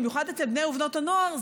במיוחד אצל בני ובנות הנוער,